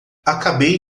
acabei